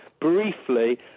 briefly